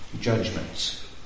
judgments